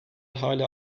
hâlâ